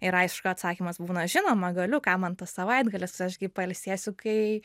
ir aišku atsakymas būna žinoma galiu kam man tas savaitgalis aš gi pailsėsiu kai